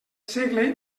segle